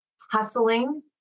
hustling